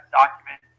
document